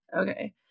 Okay